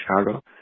Chicago